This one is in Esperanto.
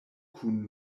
kun